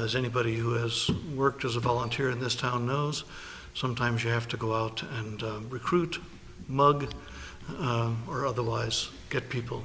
as anybody who has worked as a volunteer in this town knows sometimes you have to go out and recruit mug or otherwise get people